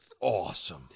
awesome